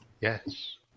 Yes